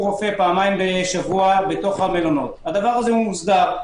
רופא פעמיים בשבוע בתוך המלונות זה מוסדר.